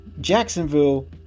Jacksonville